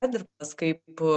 perdirbtas kaip